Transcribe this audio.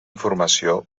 informació